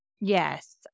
Yes